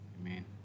Amen